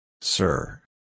Sir